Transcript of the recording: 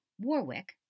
Warwick